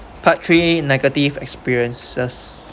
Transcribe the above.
part three negative experiences